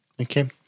Okay